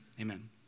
amen